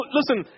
listen